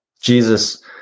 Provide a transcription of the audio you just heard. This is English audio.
Jesus